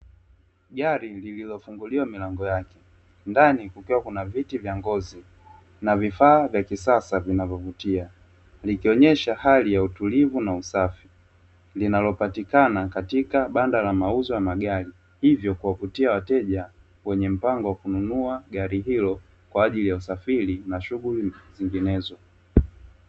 Yale nililosumbuliwa milango yake ndani ukiwa kuna viti vya ngozi na vifaa vya kisasa vinavyovutia likionyesha hali ya utulivu na usafi linalopatikana katika banda la mauzo ya magari hivyo kwa kuvutia wateja wenye mpango wa kununua gari hilo kwa ajili ya usafiri na shughuli zinginezo.